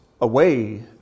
away